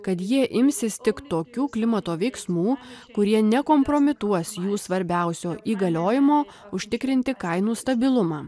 kad jie imsis tik tokių klimato veiksmų kurie nekompromituos jų svarbiausio įgaliojimo užtikrinti kainų stabilumą